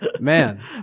Man